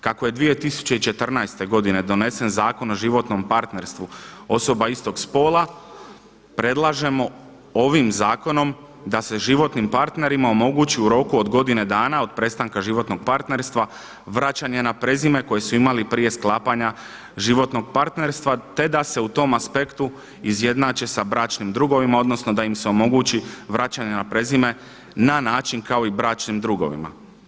Kako je 2014. godine donesen Zakon o životnom partnerstvu osoba istog spola predlažemo ovim Zakonom da se životnim partnerima omogući u roku od godine dana od prestanka životnog partnerstva vraćanje na prezime koje su imali prije sklapanja životnog partnerstva, te da se u tom aspektu izjednače sa bračnim drugovima, odnosno da im se omogući vraćanje na prezime na način kao i bračnim drugovima.